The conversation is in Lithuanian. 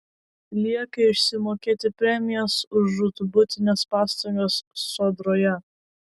lieka išsimokėti premijas už žūtbūtines pastangas sodroje